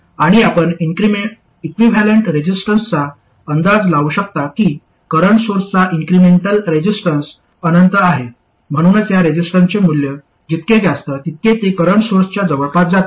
आणि आपण इक्विव्हॅलेंट रेसिस्टन्सचा अंदाज लावू शकता की करंट सोर्सचा इन्क्रिमेंटल रेसिस्टन्स अनंत आहे म्हणूनच या रेसिस्टन्सचे मूल्य जितके जास्त तितके ते करंट सोर्सच्या जवळपास जाते